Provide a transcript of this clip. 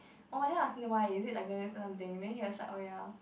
orh then I asked him why is it like or something then he was like orh ya